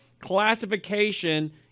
classification